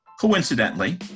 coincidentally